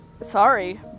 sorry